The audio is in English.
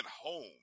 home